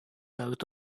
out